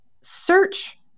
search